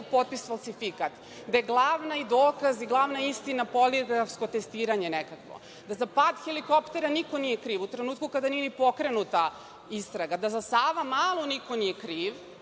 potpis falsifikat, gde je glavni dokaz i glavna istina poligrafsko testiranje, da za pad helikoptera niko nije kriv u trenutku kada nije ni pokrenuta istraga, da za „Savamalu“ niko nije kriv